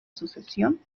sucesión